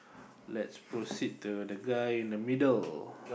let's proceed to the guy in the middle